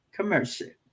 Commercial